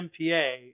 MPA